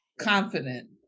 confident